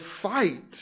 fight